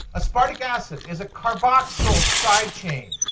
aspartic acid is a carboxyl side chain.